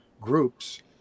groups